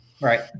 Right